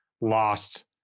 lost